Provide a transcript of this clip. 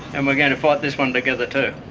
and we're going to fight this one together too.